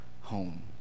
home